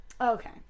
Okay